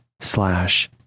slash